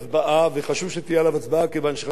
כיוון שחשוב שעם ישראל יראה,